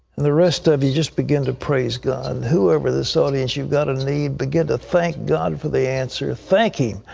the rest of you just begin to praise god. whoever in this audience, you've got a need, begin to thank god for the answer. thank him.